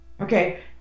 Okay